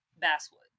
Basswood